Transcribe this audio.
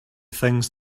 things